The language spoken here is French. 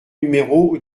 numéro